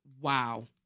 wow